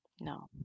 No